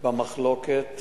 במחלוקת